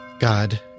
God